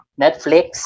netflix